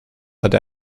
hatte